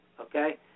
okay